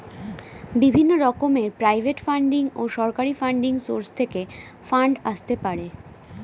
বিভিন্ন রকমের private funding ও সরকারি ফান্ডিং সোর্স থেকে ফান্ড আসতে পারে